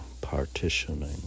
partitioning